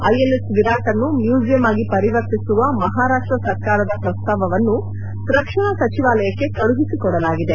INS Viraat ಅನ್ನು ಮ್ಯೂಸಿಯಂಯಾಗಿ ಪರಿವರ್ತಿಸುವ ಮಹಾರಾಷ್ಟ ಸರಕಾರದ ಪ್ರಸ್ತಾವವನ್ನು ರಕ್ಷಣಾ ಸಚಿವಾಲಯಕ್ಕೆ ಕಳುಹಿಸಿಕೊಡಲಾಗಿದೆ